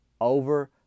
over